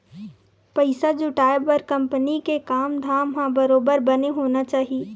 पइसा जुटाय बर कंपनी के काम धाम ह बरोबर बने होना चाही